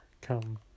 come